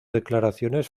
declaraciones